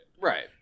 Right